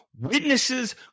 witnesses